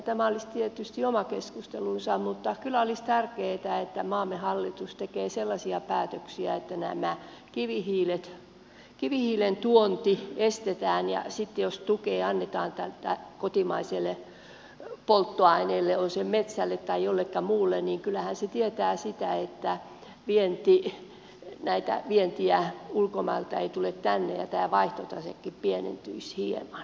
tämä olisi tietysti oma keskustelunsa mutta kyllä olisi tärkeätä että maamme hallitus tekee sellaisia päätöksiä että tämä kivihiilen tuonti estetään ja sitten jos tukea annetaan kotimaiselle polttoaineelle on se metsälle tai jollekin muulle niin kyllähän se tietää sitä että vientiä ulkomailta ei tule tänne ja tämä vaihtotasekin pienentyisi hieman